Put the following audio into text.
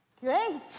Great